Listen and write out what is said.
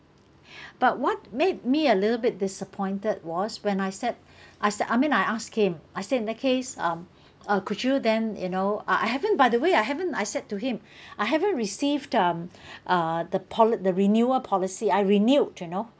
but what made me a little bit disappointed was when I said I said I mean I asked him I said in that case um uh could you then you know ah I haven't by the way I haven't I said to him I haven't received um uh the poli~ the renewal policy I renewed you know